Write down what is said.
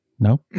no